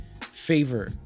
Favor